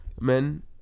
men